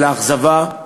של האכזבה,